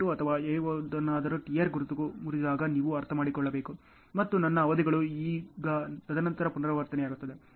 8 ಅಥವಾ ಯಾವುದನ್ನಾದರೂ ಟಿಯರ್ ಗುರುತು ಮುರಿದಾಗ ನೀವು ಅರ್ಥಮಾಡಿಕೊಳ್ಳಬೇಕು ಮತ್ತು ನನ್ನ ಅವಧಿಗಳು ಈಗ ತದನಂತರ ಪುನರಾವರ್ತನೆಯಾಗುತ್ತವೆ